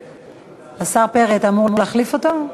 השר פרי, אתה אמור להחליף אותו?